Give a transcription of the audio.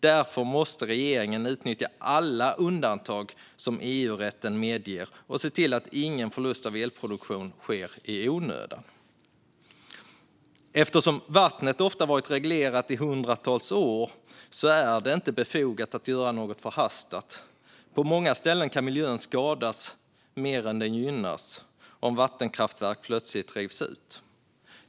Därför måste regeringen utnyttja alla undantag som EU-rätten medger och se till att ingen förlust av elproduktion sker i onödan. Eftersom vattnet ofta har varit reglerat i hundratals år är det inte befogat att göra något förhastat. På många ställen kan miljön skadas mer än den gynnas om vattenkraftverk plötsligt rivs.